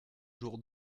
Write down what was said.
jour